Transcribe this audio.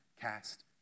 cast